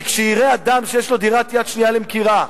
כי כשיראה אדם שיש לו דירת יד שנייה למכירה,